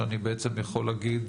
שאני בעצם יכול להגיד